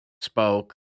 spoke